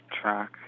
track